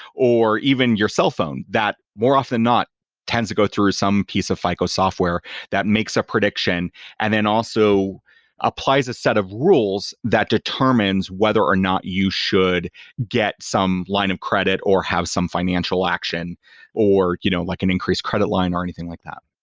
or even your cellphone that more often than not tends to go through some piece of fico software that makes a prediction and then also applies a set of rules that determines whether or not you should get some line of credit or have some financial action or you know like an increase credit line or anything like that.